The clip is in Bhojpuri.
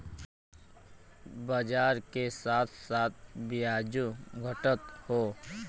बाजार के साथ साथ बियाजो घटत हौ